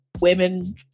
Women